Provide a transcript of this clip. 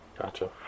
Gotcha